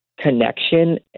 connection